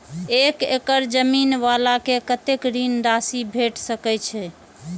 एक एकड़ जमीन वाला के कतेक ऋण राशि भेट सकै छै?